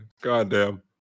Goddamn